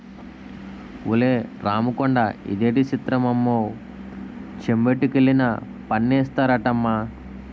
ఒలే రాముకొండా ఇదేటి సిత్రమమ్మో చెంబొట్టుకెళ్లినా పన్నేస్తారటమ్మా